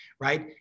right